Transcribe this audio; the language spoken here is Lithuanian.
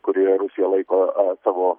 kurioje rusija laiko savo